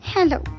Hello